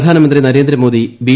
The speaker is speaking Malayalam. പ്രധാനമന്ത്രി നരേന്ദ്രമോദി ബി